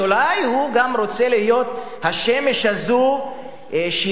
אולי הוא גם רוצה להיות השמש הזו שמביאה